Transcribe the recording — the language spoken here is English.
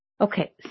Okay